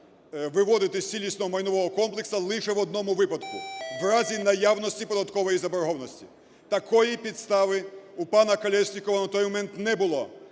виводити з цілісного майнового комплексу лише в одному випадку: в разі наявності податкової заборгованості. Такої підстави у пана Колєснікова на той момент не було.